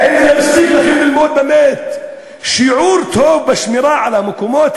האם זה מספיק לכם כדי ללמוד באמת שיעור טוב בשמירה על המקומות